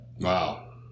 wow